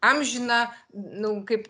amžiną nu kaip